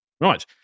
Right